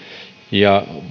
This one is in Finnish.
ja